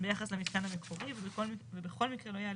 ביחס למיתקן המקורי ובכל מקרה לא יעלה